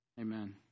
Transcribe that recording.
Amen